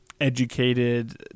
educated